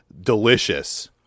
delicious